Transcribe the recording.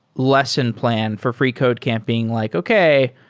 lesson plan for freecodecamping, like, okay.